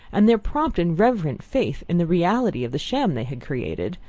and their prompt and reverent faith in the reality of the sham they had created,